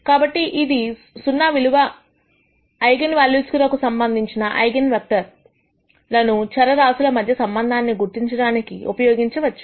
కాబట్టి విలువ సున్నా ఐగన్ వాల్యూస్ నాకు సంబంధించిన ఐగన్ వెక్టర్స్ లను చర రాశుల మధ్య సంబంధాన్ని గుర్తించడానికి ఉపయోగించవచ్చు